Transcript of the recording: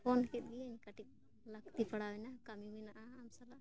phone ᱠᱮᱫ ᱜᱤᱭᱟᱹᱧ ᱠᱟᱹᱴᱤᱡ ᱞᱟᱹᱠᱛᱤ ᱯᱟᱲᱟᱣ ᱮᱱᱟ ᱠᱟᱹᱢᱤ ᱢᱮᱱᱟᱜᱼᱟ ᱟᱢ ᱥᱟᱞᱟᱜ